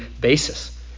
basis